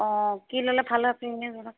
অঁ কি ল'লে ভাল হয় আপুনি এনে জনাওক